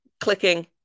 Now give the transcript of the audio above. clicking